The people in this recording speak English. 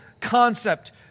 concept